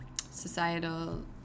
societal